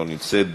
לא נמצאת,